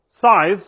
size